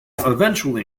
eventually